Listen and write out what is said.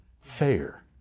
Fair